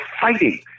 fighting